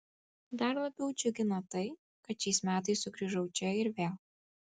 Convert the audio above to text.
dar labiau džiugina tai kad šiais metais sugrįžau čia ir vėl